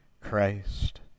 Christ